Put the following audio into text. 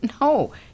no